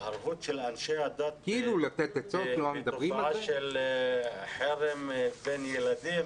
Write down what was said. התערבות של אנשי הדת בתופעה של חרם בין ילדים?